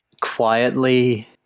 quietly